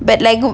but like you